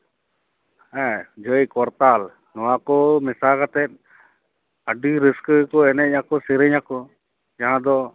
ᱦᱮᱸ ᱡᱷᱟᱺᱭ ᱠᱚᱨᱛᱟᱞ ᱱᱚᱣᱟᱠᱚ ᱢᱮᱥᱟ ᱠᱟᱛᱮ ᱟᱹᱰᱤ ᱨᱟᱹᱥᱠᱟᱹ ᱜᱮᱠᱚ ᱮᱱᱮᱡ ᱟᱠᱚ ᱥᱮᱨᱮᱧᱟᱠᱚ